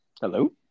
Hello